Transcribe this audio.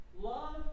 Love